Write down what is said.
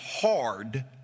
hard